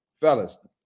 Fellas